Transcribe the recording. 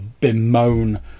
bemoan